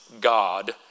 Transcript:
God